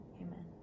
amen